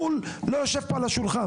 חו"ל לא יושב פה על השולחן.